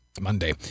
Monday